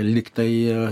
lyg tai